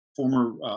former